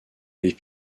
les